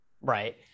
Right